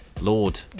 Lord